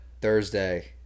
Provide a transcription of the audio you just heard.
Thursday